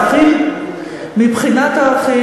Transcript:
מבחינת הערכים?